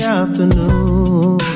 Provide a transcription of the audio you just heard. afternoon